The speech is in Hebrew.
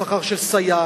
שכר של סייעת,